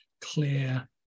clear